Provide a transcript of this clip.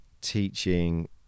teaching